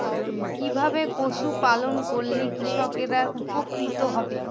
কিভাবে পশু পালন করলেই কৃষকরা উপকৃত হবে?